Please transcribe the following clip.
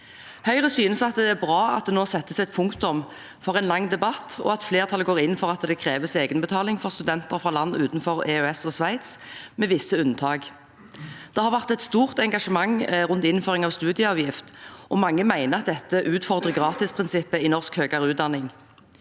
Høyre synes det er bra at det nå settes et punktum for en lang debatt, og at flertallet går inn for at det kreves egenbetaling for studenter fra land utenfor EØS og Sveits, med visse unntak. Det har vært et stort engasjement rundt innføring av studieavgift, og mange mener at dette utfordrer gratisprinsippet i norsk høyere utdanning.